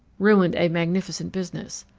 ruined a magnificent business.